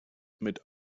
mit